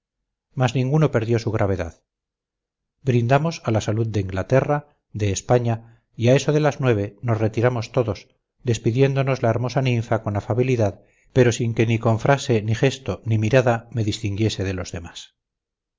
mas ninguno perdió su gravedad brindamos a la salud de inglaterra de españa y a eso de las nueve nos retiramos todos despidiéndonos la hermosa ninfa con afabilidad pero sin que ni con frase ni gesto ni mirada me distinguiese de los demás